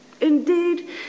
Indeed